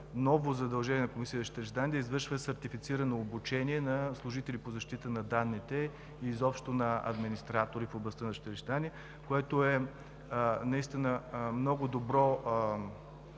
ново задължение на Комисията за защита на личните данни да извършва сертифицирано обучение на служителите по защита на данните и изобщо на администраторите в областта на личните данни, което наистина е много добра